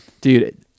dude